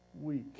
week